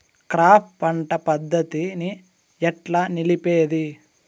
Crop పంట పద్ధతిని ఎట్లా నిలిపేది?